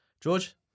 George